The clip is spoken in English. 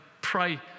pray